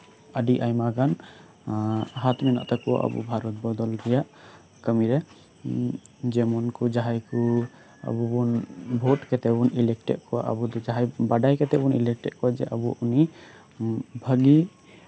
ᱟᱹᱰᱤ ᱟᱭᱢᱟ ᱜᱟᱱ ᱦᱟᱛ ᱢᱮᱱᱟᱜ ᱛᱟᱠᱚᱣᱟ ᱟᱵᱚ ᱵᱷᱟᱨᱚᱛ ᱵᱚᱫᱚᱞ ᱨᱮᱭᱟᱜ ᱠᱟᱹᱢᱤ ᱨᱮ ᱡᱮᱢᱚᱱ ᱠᱚ ᱡᱟᱦᱟᱸᱭ ᱠᱚ ᱟᱵᱚ ᱵᱚᱱ ᱵᱷᱳᱴ ᱠᱟᱛᱮᱫ ᱵᱚᱱ ᱥᱤᱞᱮᱴ ᱮᱫ ᱠᱚᱣᱟ ᱟᱵᱚ ᱫᱚ ᱡᱟᱦᱟᱸᱭ ᱵᱟᱰᱟᱭ ᱠᱟᱛᱮᱫ ᱵᱚᱱ ᱥᱤᱞᱮᱠᱴ ᱮᱫ ᱠᱚᱣᱟ ᱟᱵᱚ ᱩᱱᱤ ᱵᱷᱟᱜᱮ